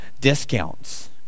discounts